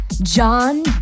John